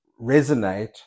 resonate